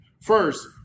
First